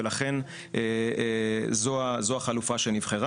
ולכן זו החלופה שנבחרה,